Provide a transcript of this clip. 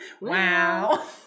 Wow